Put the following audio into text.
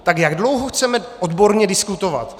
Tak jak dlouho chceme odborně diskutovat?